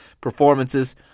performances